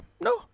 No